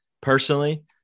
Personally